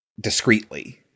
discreetly